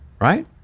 right